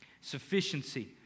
Sufficiency